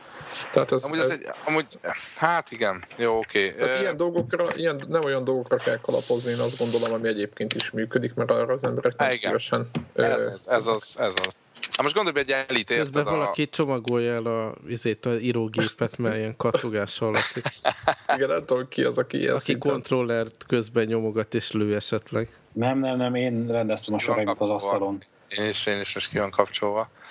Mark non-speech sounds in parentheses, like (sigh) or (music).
Tehát ez- Amúgy az ez- egy- amúgy- hát igen. Jó, oké. Tehát Ö, ilyen dolgokra- ilyen- nem olyan dolgokra kell kalapozni, én azt gondolom, ami egyébként is működik, mert arra az emberek nem há, igen. szívesen, Ez- ö, ez- ez fognak. az, ez az. Hát most gondolj be, egy elit, érted, Közben a- valaki csomagolja el a- izét, a (laughs) írógépet, mert ilyen kattogás hallatik. Igen, nem tudom, ki az, aki ilyen Aki szinten- kontrollert közben nyomogat és lő esetleg. Nem, nem, nem, én rendeztem Ki a van sarokba az kapcsolva? asztalon. Én is- én is most ki van kapcsolva.